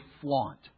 flaunt